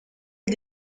est